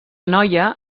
noia